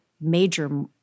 major